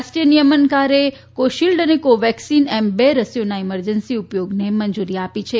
રાષ્ટ્રીય નિયમનકારે કોવિશીલ્ડ અને કોવેક્સીન એમ બે રસીઓના ઇમરજન્સી ઉપયોગને મંજુરી આપી છે